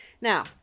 Now